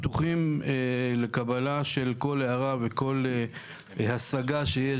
פתוחים לקבלה של כול הערה וכול השגה שיש,